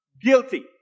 guilty